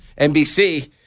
nbc